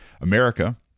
America